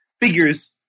Figures